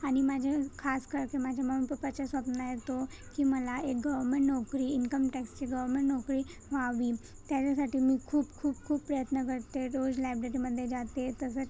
आणि माझं खास खरं तर माझ्या मम्मी पप्पाचा स्वप्न आहे तो की मला एक गअमेण नोकरी इन्कमटॅक्सची गअमेण नोकरी व्हावी त्याच्यासाठी मी खूप खूप खूप प्रयत्न करते रोज लायब्ररीमध्ये जाते तसंच